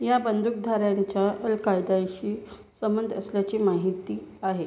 या बंदुकधाऱ्यांचा अल कायद्याशी संबंध असल्याची माहिती आहे